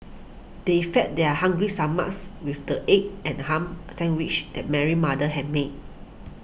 they fed their hungry stomachs with the egg and ham sandwiches that Mary's mother had made